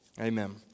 Amen